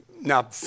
now